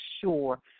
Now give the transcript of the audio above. sure